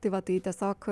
tai va tai tiesiog